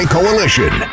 Coalition